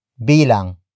bilang